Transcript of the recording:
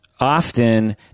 often